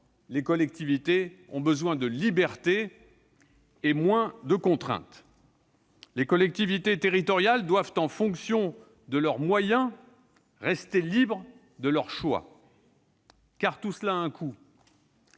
les collectivités territoriales ont besoin de liberté et de moins de contraintes. Les collectivités territoriales doivent, en fonction de leurs moyens, rester libres de leurs choix, car tout cela a un coût.